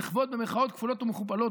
"מחוות" במירכאות כפולות ומכופלות,